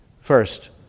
First